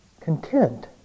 content